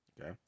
Okay